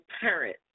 parent